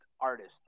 Artist